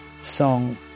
song